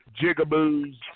jigaboos